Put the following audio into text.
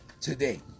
today